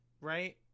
right